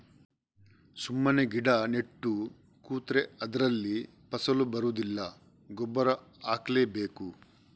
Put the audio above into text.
ಸುಮ್ಮನೆ ಗಿಡ ನೆಟ್ಟು ಕೂತ್ರೆ ಅದ್ರಲ್ಲಿ ಫಸಲು ಬರುದಿಲ್ಲ ಗೊಬ್ಬರ ಹಾಕ್ಲೇ ಬೇಕು